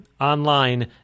online